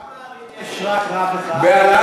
בכמה ערים יש רק רב אחד?